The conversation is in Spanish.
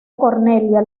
cornelia